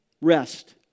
rest